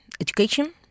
education